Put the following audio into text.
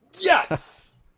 Yes